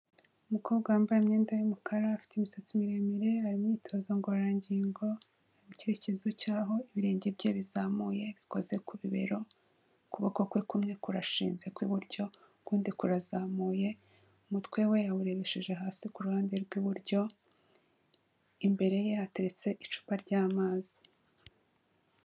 Umukobwa wambaye imyenda y'umukara afite imisatsi miremire, ari mu myitozo ngororangingo, icyerekezo cy'aho ibirenge bye bizamuye bikoze ku bibero, ukuboko kwe kumwe kurashinze ku iburyo, ukundi kurazamuye, umutwe we yawurebesheje hasi ku ruhande rw'iburyo, imbere ye hateretse icupa ry'amazi.